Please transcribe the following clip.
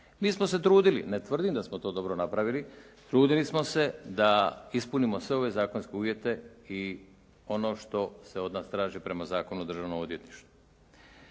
Mi smo se trudili, ne tvrdim da smo to dobro napravili, trudili smo se da ispunimo sve ove zakonske uvjete i ono što se od nas traži prema Zakonu o Državnom odvjetništvu.